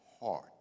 heart